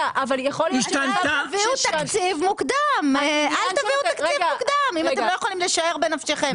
אז אל תביאו תקציב מוקדם אם אתם לא יכולים לשער בנפשכם.